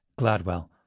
gladwell